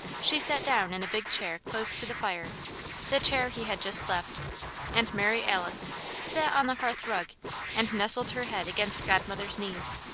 she sat down in a big chair close to the fire the chair he had just left and mary alice sat on the hearth-rug and nestled her head against godmother's knees.